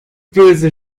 böse